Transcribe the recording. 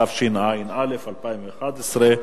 התשע"א 2011,